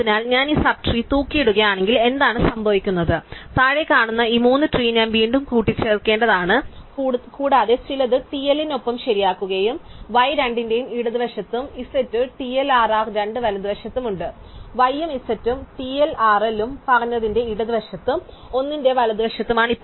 അതിനാൽ ഞാൻ ഈ സബ് ട്രീ തൂക്കിയിടുകയാണെങ്കിൽ എന്താണ് സംഭവിക്കുന്നത് താഴെ കാണുന്ന ഈ 3 ട്രീ ഞാൻ വീണ്ടും കൂട്ടിച്ചേർക്കേണ്ടതാണ് കൂടാതെ ചിലത് TLLനൊപ്പം ശരിയാക്കുകയും y രണ്ടിന്റെയും ഇടതുവശത്തും z TLRR രണ്ടും വലതുവശത്തുമാണ് y ഉം z ഉം TLRL ഉം പറഞ്ഞതിന്റെ ഇടതുവശത്തും 1 ന്റെ വലതുവശത്തുമാണ്